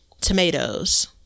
tomatoes